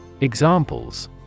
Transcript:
Examples